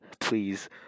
please